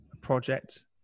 project